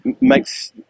makes